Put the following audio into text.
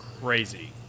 crazy